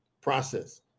process